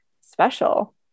special